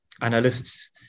analysts